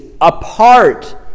apart